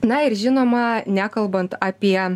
na ir žinoma nekalbant apie